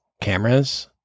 cameras